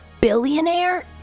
billionaire